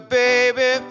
baby